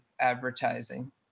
advertising